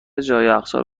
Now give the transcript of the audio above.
جا، یخچال